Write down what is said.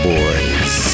Boys